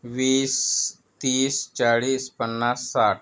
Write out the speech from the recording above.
वीस तीस चाळीस पन्नास साठ